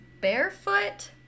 Barefoot